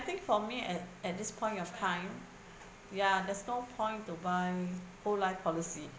I think for me at at this point of time ya there's no point to buy whole life policy